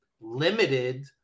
limited